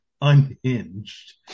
unhinged